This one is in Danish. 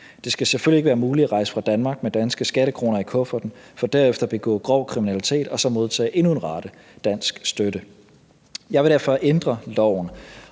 ikke være muligt at rejse fra Danmark med danske skattekroner i kufferten for derefter at begå grov kriminalitet og så modtage endnu en rate dansk støtte. Jeg vil derfor ændre loven.